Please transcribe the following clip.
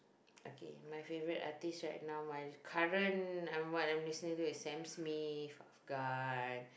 okay my favourite artist right now my current I'm what I'm listening to is Sam-Smith Afghan